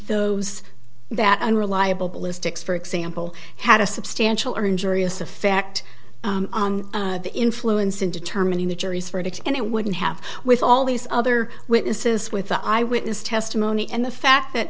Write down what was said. those that unreliable ballistics for example had a substantial or injurious the fact of the influence in determining the jury's verdict and it wouldn't have with all these other witnesses with the eyewitness testimony and the fact that